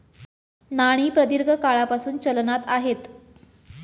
नाणी प्रदीर्घ काळापासून चलनात आहेत